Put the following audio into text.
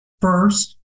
First